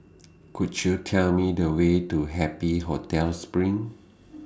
Could YOU Tell Me The Way to Happy Hotel SPRING